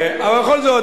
אבל בכל זאת,